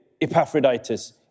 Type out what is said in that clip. Epaphroditus